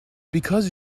because